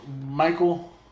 Michael